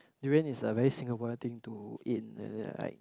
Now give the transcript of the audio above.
durian is a very Singaporean thing to eat like like